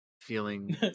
feeling